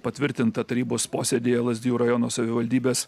patvirtinta tarybos posėdyje lazdijų rajono savivaldybės